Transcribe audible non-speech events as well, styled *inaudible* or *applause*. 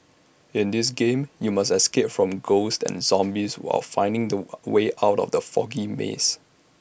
in this game you must escape from ghosts and zombies while finding the *noise* way out of the foggy maze